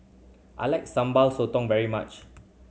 I like Sambal Sotong very much